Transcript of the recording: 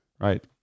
right